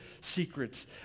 secrets